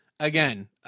Again